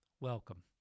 welcome